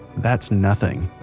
that's nothing.